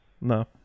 No